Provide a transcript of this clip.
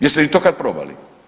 Jeste vi to kad probali?